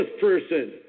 person